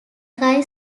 guy